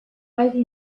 ivy